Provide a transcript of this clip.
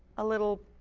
a little